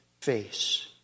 face